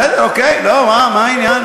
בסדר, אוקיי, מה העניין?